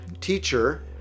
teacher